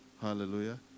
hallelujah